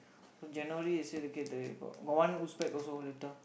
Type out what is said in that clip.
January they say they got one Uzbek also later